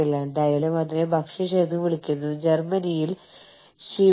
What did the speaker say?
പക്ഷേ ആഭ്യന്തര അതിർത്തിക്കുള്ളിൽ നിങ്ങളുടെ ഉൽപ്പാദനം നിലനിർത്തുക